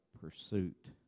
pursuit